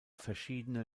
verschiedene